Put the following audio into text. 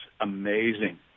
amazing